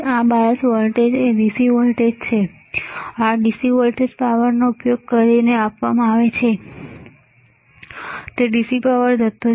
આ bias voltage એ dc voltage છે આ dc વોલ્ટેજ પાવરનો ઉપયોગ કરીને આપવામાં આવે છે તે dc પાવર જથ્થો છે